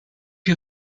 you